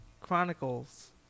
Chronicles